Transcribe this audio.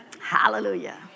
Hallelujah